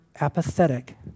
apathetic